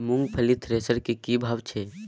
मूंगफली थ्रेसर के की भाव छै?